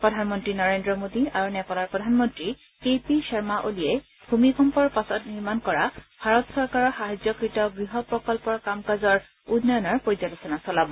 প্ৰধানমন্ত্ৰী নৰেন্দ্ৰ মোডী আৰু নেপালৰ প্ৰধান মন্ত্ৰী কে পি শৰ্মাঅলীয়ে ভূমিকম্পৰ পাছত নিৰ্মাণ কৰা ভাৰত চৰকাৰৰ সাহায্যকৃত গৃহপ্ৰকল্পৰ কাম কাজৰ উন্নয়নৰ পৰ্যালোচনা চলাব